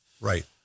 Right